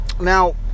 now